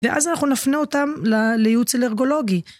ואז אנחנו נפנה אותם לייעוץ אלרגולוגי.